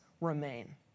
remain